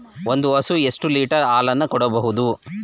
ಒಂದು ಹಸು ಎಷ್ಟು ಲೀಟರ್ ಹಾಲನ್ನು ಕೊಡಬಹುದು?